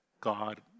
God